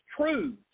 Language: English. truths